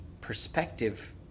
perspective